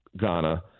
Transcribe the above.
Ghana